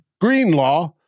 Greenlaw